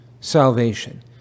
salvation